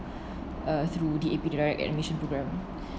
um through D_A_P direct admission programme